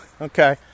okay